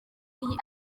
iyi